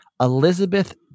Elizabeth